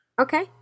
Okay